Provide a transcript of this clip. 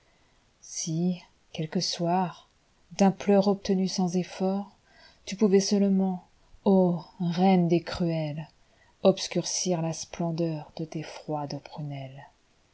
si quelque soir d'un pleur obtenu sans efforttu pouvais seulement ô reine des cruelles iobscurcir la splendeur de tes froides prunelles